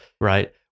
right